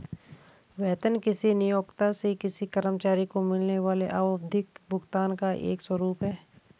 वेतन किसी नियोक्ता से किसी कर्मचारी को मिलने वाले आवधिक भुगतान का एक स्वरूप है